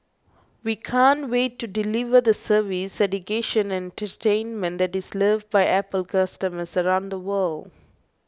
we can't wait to deliver the service education and entertainment that is loved by Apple customers around the world